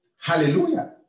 Hallelujah